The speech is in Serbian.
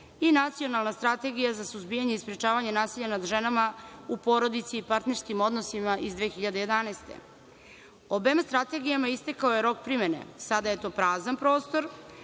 i Nacionalna strategija za suzbijanje i sprečavanje nasilja nad ženama u porodici i partnerskim odnosima iz 2011. godine. Obema strategijama istekao je rok primene. Sada je to prazan prostor,